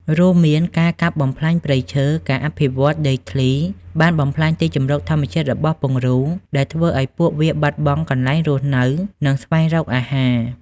រួមមានការកាប់បំផ្លាញព្រៃឈើ និងការអភិវឌ្ឍន៍ដីធ្លីបានបំផ្លាញទីជម្រកធម្មជាតិរបស់ពង្រូល ដែលធ្វើឲ្យពួកវាបាត់បង់កន្លែងរស់នៅ និងស្វែងរកអាហារ។